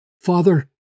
Father